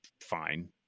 fine